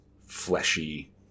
fleshy